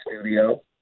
studio